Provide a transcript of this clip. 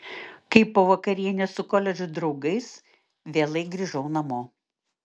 kai po vakarienės su koledžo draugais vėlai grįžau namo